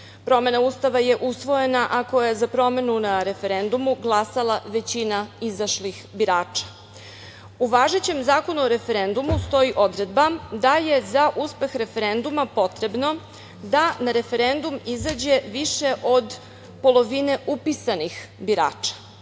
Promena Ustava je usvojena ako je za promenu na referendumu glasala većina izašlih birača“.U važećem Zakonu o referendumu stoji odredba da je za uspeh referenduma potrebno da na referendum izađe više od polovine upisanih birača.